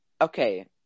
Okay